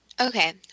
Okay